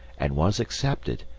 and was accepted,